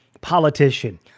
politician